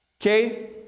Okay